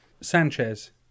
Sanchez